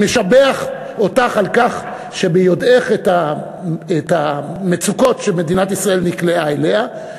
אני משבח אותך על כך שביודעך את המצוקות שמדינת ישראל נקלעה אליהן,